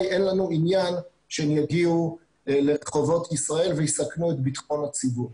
אין לנו עניין שהם יגיעו לרחובות ישראל ויסכנו את בטחון הציבור.